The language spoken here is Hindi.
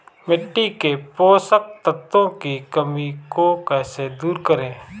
मिट्टी के पोषक तत्वों की कमी को कैसे दूर करें?